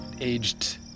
aged